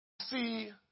see